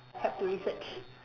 help to research